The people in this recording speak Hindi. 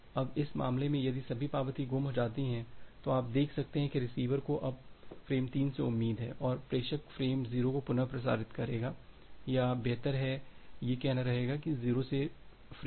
अब इस मामले में यदि सभी पावती गुम हो जाती है तो आप देख सकते हैं कि रिसीवर को अब फ्रेम 3 से उम्मीद है और प्रेषक फ्रेम 0 को पुनः प्रेषित करेगा या बेहतर ये कहना रहेगा 0 से फ्रेम 2 तक